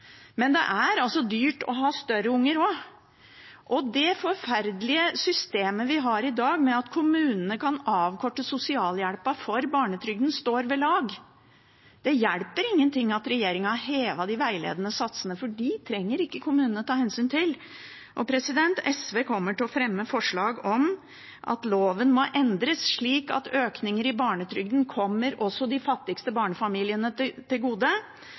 men det er dyrt å ha større unger også. Og det forferdelige systemet vi har i dag, med at kommunene kan avkorte sosialhjelpen for barnetrygden, står ved lag. Det hjelper ingenting at regjeringen har hevet de veiledende satsene, for dem trenger ikke kommunen å ta hensyn til. SV kommer til å fremme forslag om at loven må endres slik at økninger i barnetrygden kommer også de fattigste barnefamiliene til gode. Derfor har vi lagt inn penger til